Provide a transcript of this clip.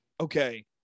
okay